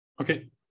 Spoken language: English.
okay